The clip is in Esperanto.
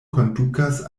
kondukas